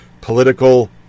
political